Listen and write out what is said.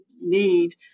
need